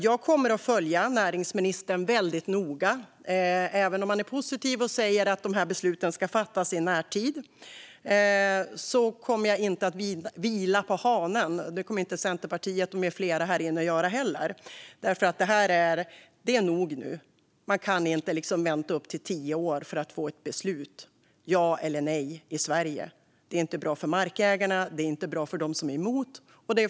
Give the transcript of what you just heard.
Jag kommer att följa näringsministern väldigt noga. Även om han är positiv och säger att dessa beslut ska fattas i närtid kommer jag inte att vila på hanen, och det kommer inte Centerpartiet med flera här inne att göra heller. Det är nog nu. Man kan inte vänta upp till tio år för att få ett beslut, ja eller nej, i Sverige. Det är inte bra för markägarna. Det är inte bra för dem som är emot.